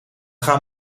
gaan